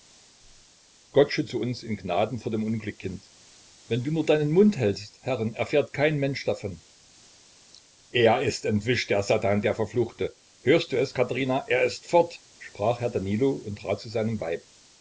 gott schütze uns in gnaden vor dem unglück kind wenn du nur reinen mund hältst herrin erfährt kein mensch davon er ist entwischt der satan der verfluchte hörst du es katherina er ist fort sprach herr danilo und trat zu seinem weib